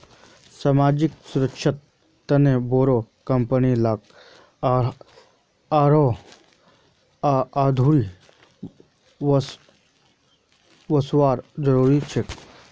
सामाजिक सुरक्षार तने बोरो कंपनी लाक आरोह आघु वसवार जरूरत छेक